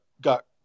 got